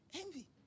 Envy